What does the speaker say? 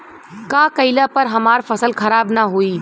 का कइला पर हमार फसल खराब ना होयी?